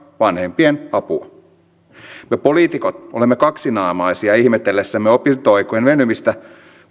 vanhempien apua me poliitikot olemme kaksinaamaisia ihmetellessämme opintoaikojen venymistä